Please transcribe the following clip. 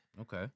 Okay